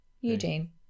Eugene